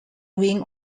wing